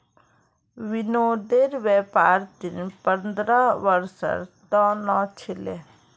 विनोदेर व्यापार ऋण पंद्रह वर्षेर त न छिले